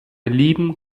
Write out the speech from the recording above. lieben